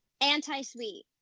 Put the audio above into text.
anti-sweet